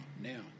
now